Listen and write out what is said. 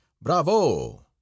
Bravo